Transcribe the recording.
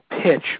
pitch